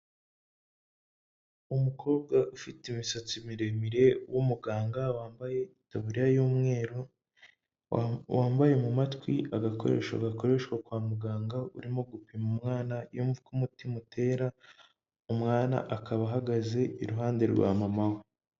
Umukobwa ufite imisatsi miremire w'umuganga, wambaye itaburiya y'umweru, wambaye mu matwi agakoresho gakoreshwa kwa muganga, urimo gupima umwana, iyo wumva uko umutima utera, umwana akaba ahagaze iruhande rwa mama we.